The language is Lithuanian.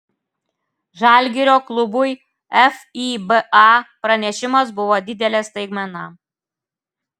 žalgirio klubui fiba pranešimas buvo didelė staigmena